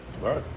Right